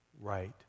right